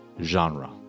genre